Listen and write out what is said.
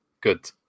good